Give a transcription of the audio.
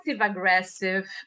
aggressive